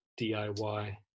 DIY